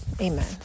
Amen